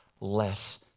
less